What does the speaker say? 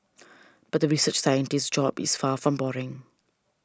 but the research scientist's job is far from boring